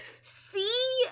see